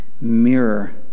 mirror